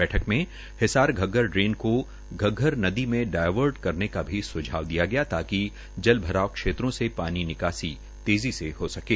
बैठक में हिसार घग्गर ड्रेन को घग्गर नदी में डायवर्ट करने का भी स्झाव दिया गया ताकि जलभराव क्षेत्रों से पानी निकासी तेजी से हो सकें